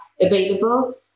available